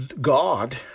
God